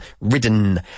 Ridden